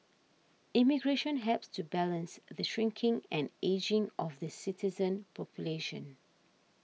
immigration helps to balance the shrinking and ageing of the citizen population